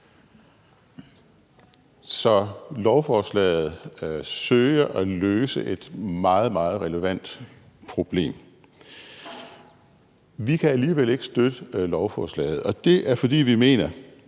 Så lovforslaget søger at løse et meget, meget relevant problem. Vi kan alligevel ikke støtte lovforslaget, og det er, fordi vi mener,